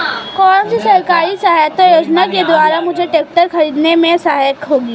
कौनसी सरकारी सहायता योजना के द्वारा मुझे ट्रैक्टर खरीदने में सहायक होगी?